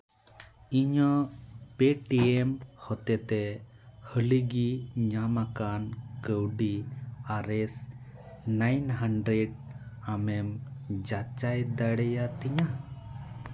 ᱤᱧᱟᱹᱜ P T M ᱦᱚᱛᱮᱛᱮ ᱦᱟᱹᱞᱮᱜᱮ ᱧᱟᱢᱟᱠᱟᱱ ᱠᱟᱹᱣᱰᱤ ᱟᱨ ᱮᱥ ᱱᱟᱭᱤᱱ ᱦᱟᱱᱰᱨᱮᱰ ᱟᱢᱮᱢ ᱡᱟᱪᱟᱭ ᱫᱟᱲᱮᱭᱟᱛᱤᱧᱟ